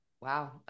Wow